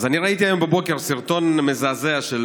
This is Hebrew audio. אז אני ראיתי היום בבוקר סרטון מזעזע של